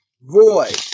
VOID